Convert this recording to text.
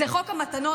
זה חוק המתנות,